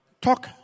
Talk